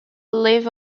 live